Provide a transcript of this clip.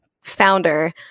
founder